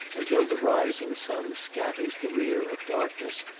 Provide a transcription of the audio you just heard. until the rising sun scatters the rear of darkness,